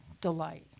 delight